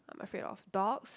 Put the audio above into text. I'm afraid of dogs